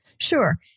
Sure